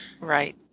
right